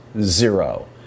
zero